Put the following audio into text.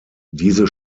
diese